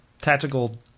tactical